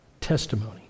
testimony